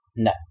No